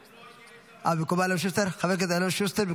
במקומו חבר הכנסת אלון שוסטר.